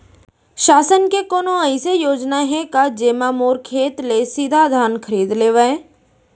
शासन के कोनो अइसे योजना हे का, जेमा मोर खेत ले सीधा धान खरीद लेवय?